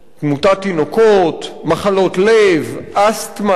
תמותת תינוקות, מחלות לב, אסתמה,